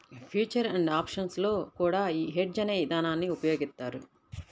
future and options లో కూడా యీ హెడ్జ్ అనే ఇదానాన్ని ఉపయోగిత్తారు